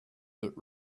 that